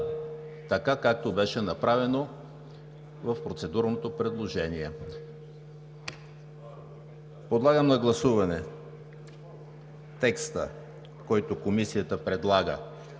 така както беше направено в процедурното предложение. Подлагам на гласуване текста, който Комисията предлага,